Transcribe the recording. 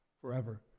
forever